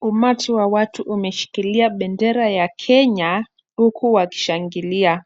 Umati wa watu umeshikilia bendera ya Kenya, huku wakishangilia.